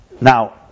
Now